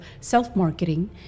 self-marketing